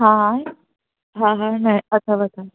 हा आहे हा हा है अथव अथव